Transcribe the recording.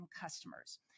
customers